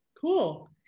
Cool